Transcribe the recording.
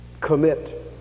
commit